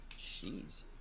Jeez